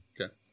Okay